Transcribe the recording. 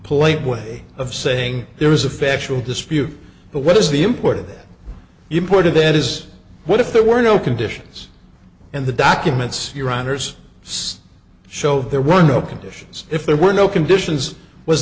polite way of saying there is a factual dispute but what is the important you put it that is what if there were no conditions and the documents your honour's says show there were no conditions if there were no conditions was